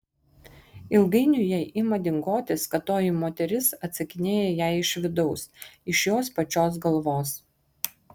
ilgainiui jai ima dingotis kad toji moteris atsakinėja jai iš vidaus iš jos pačios galvos